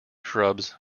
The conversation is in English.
shrubs